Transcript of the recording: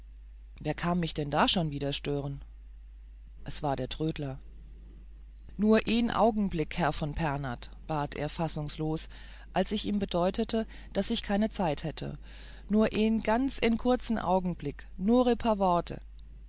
wer kam mich denn da wieder stören es war der trödler nur en augenblick herr von pernath bat er fassungslos als ich ihm bedeutete daß ich keine zeit hätte nur en ganz en kurzen augenblick nur ä paar worte